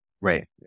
Right